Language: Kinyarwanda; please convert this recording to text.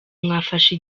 mwafashe